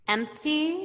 Empty